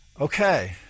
Okay